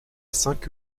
cinq